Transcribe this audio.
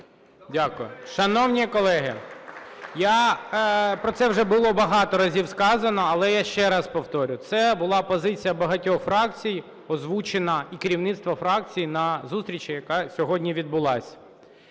Дякую. Шановні колеги, про це вже було багато разів сказано, але я ще раз повторю, це була позиція багатьох фракцій озвучена і керівництвом фракцій на зустрічі, яка сьогодні відбулася.